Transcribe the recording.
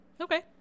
Okay